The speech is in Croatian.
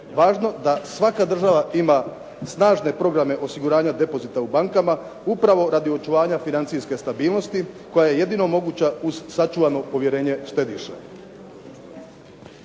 važno da svaka država ima snažne programe osiguranja depozita u bankama upravo radi očuvanja financijske stabilnosti koja je jedino moguća uz sačuvano povjerenje štediša.